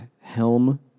helm